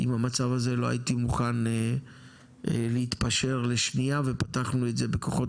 עם המצב הזה לא הייתי מוכן להתפשר לשנייה ופתחנו את זה בכוחות